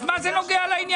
אז מה זה נוגע לעניין?